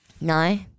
No